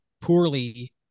poorly